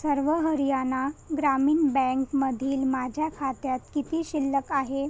सर्व हरियाना ग्रामीण बँकमधील माझ्या खात्यात किती शिल्लक आहे